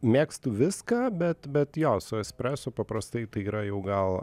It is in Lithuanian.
mėgstu viską bet bet jo su espresu paprastai tai yra jau gal